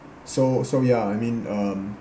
so so ya I mean um